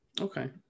Okay